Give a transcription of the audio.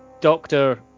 doctor